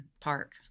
park